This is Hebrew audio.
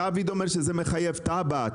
לא, דוד אומר שזה מחייב תב"ע.